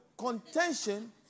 Contention